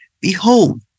Behold